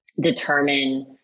determine